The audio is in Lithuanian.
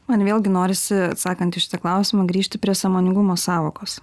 man vėlgi norisi atsakant į šitą klausimą grįžti prie sąmoningumo sąvokos